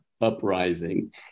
uprising